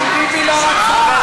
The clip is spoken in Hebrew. מה לעשות, ביבי לא רצה.